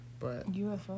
UFO